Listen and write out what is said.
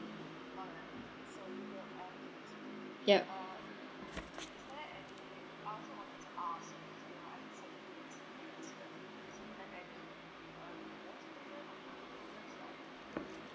yup